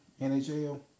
NHL